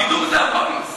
בידור זה הבונוס.